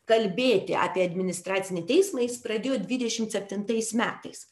kalbėti apie administracinį teismą jis pradėjo dvidešim septintais metais